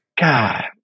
God